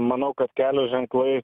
manau kad kelio ženklai